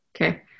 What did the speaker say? Okay